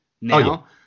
now